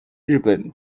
日本